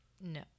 No